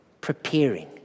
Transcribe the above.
preparing